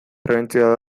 prebentzioa